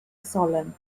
solemn